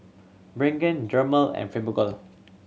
Pregain Dermale and Fibogel